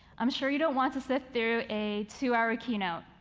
i'm sure you don't want to sit through a two-hour ah keynote.